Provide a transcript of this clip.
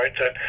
right